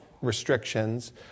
restrictions